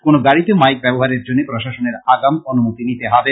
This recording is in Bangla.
কোন গাড়ীতে মাইক ব্যবহারের জন্য প্রশাসনের আগাম অনুমতি নিতে হবে